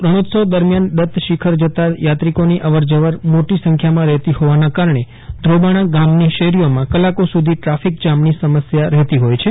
રણોત્સવ દરમ્યાન દત્ત શિખર જતા થાત્રિકોની અવરજવર મોટી સંખ્યામાં રહેતી હોવાના કારણે ધ્રોબાણા ગામની શેરીઓમાં કલાકો સુધી ટ્રાફિક જામની સમસ્યા રહેતી હોય છે